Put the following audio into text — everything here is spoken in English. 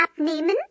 abnehmen